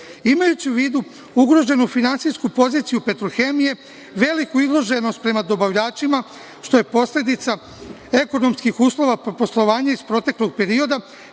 NIS.Imajući u vidu ugroženu finansijsku poziciju „Petrohemije“, veliku izloženost prema dobavljačima, što je posledica ekonomskih uslova poslova iz proteklog perioda,